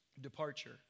departure